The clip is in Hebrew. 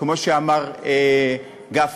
כמו שאמר גפני?